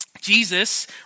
Jesus